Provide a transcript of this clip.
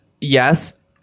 yes